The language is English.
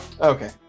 Okay